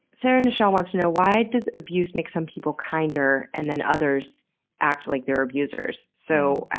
sarah nichelle wants to know why does abuse makes some people kinder, and then others act like their abusers? so,